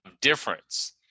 difference